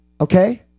okay